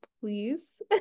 please